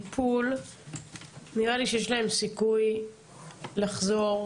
קודם כול, חצי שנה זה הרבה זמן.